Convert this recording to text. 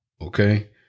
Okay